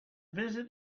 visit